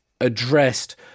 addressed